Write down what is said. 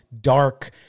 dark